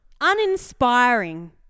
uninspiring